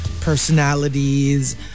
personalities